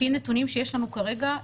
לפי נתונים שיש לנו כרגע,